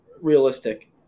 realistic